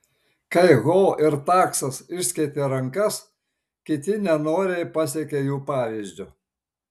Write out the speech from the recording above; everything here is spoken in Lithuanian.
kai ho ir taksas išskėtė rankas kiti nenoriai pasekė jų pavyzdžiu